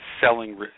selling